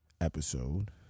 episode